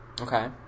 Okay